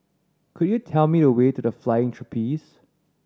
could you tell me the way to The Flying Trapeze